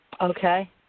Okay